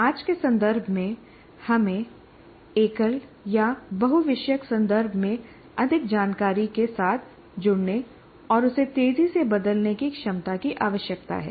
आज के संदर्भ में हमें एकल या बहु विषयक संदर्भ में अधिक जानकारी के साथ जुड़ने और उसे तेजी से बदलने की क्षमता की आवश्यकता है